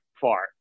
far